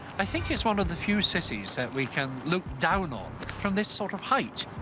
i think it's one of the few cities that we can look down on from this sort of height.